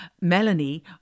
melanie